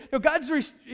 God's